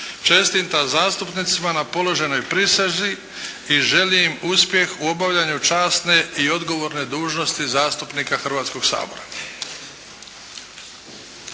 Čestitam zastupnicima na položenoj prisezi i želim uspjeh u obavljanju časne i odgovorne dužnosti zastupnika Hrvatskog sabora.